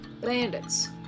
Bandits